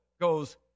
goes